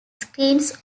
screens